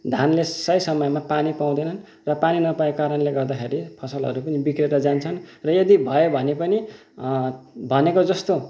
धानले सही समयमा पानी पाउँदैनन् र पानी नपाएको कारणले गर्दाखेरि फसलहरू पनि बिग्रिएर जान्छन् र यदी भयो भने पनि भनेको जस्तो